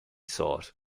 sought